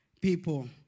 people